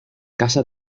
casa